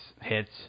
hits